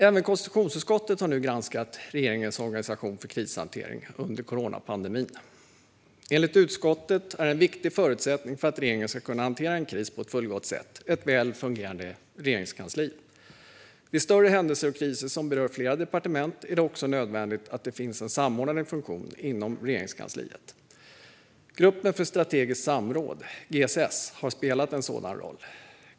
Även konstitutionsutskottet har nu granskat regeringens organisation för krishantering under coronapandemin. Enligt utskottet är en viktig förutsättning för att regeringen ska kunna hantera en kris på ett fullgott sätt ett väl fungerande regeringskansli. Vid större händelser och kriser som berör flera departement är det också nödvändigt att det finns en samordnande funktion inom Regeringskansliet. Gruppen för strategisk samordning, GSS, har spelat en sådan roll.